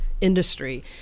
industry